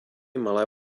malé